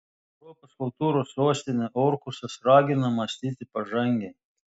europos kultūros sostinė orhusas ragina mąstyti pažangiai